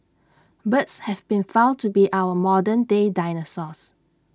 birds have been found to be our modern day dinosaurs